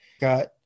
got